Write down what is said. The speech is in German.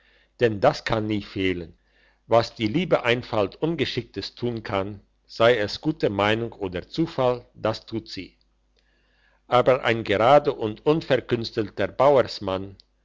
denn das kann nie fehlen was die liebe einfalt ungeschicktes tun kann sei es gute meinung oder zufall das tut sie aber ein gerader und unverkünstelter bauersmann